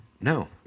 no